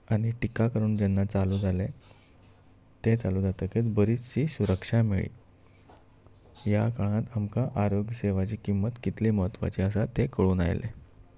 आनी टिका करून जेन्ना चालू जालें तें चालू जातकीच बरीचशी सुरक्षा मेळ्ळी ह्या काळांत आमकां आरोग्य सेवाची किंमत कितली म्हत्वाची आसा तें कळून आयलें